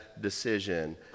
decision